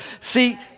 see